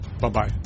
Bye-bye